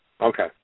Okay